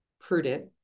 prudent